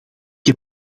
heb